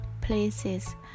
places